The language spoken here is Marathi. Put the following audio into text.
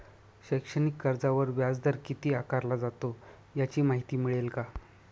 शैक्षणिक कर्जावर व्याजदर किती आकारला जातो? याची माहिती मिळेल का?